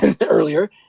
earlier